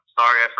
sorry